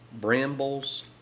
brambles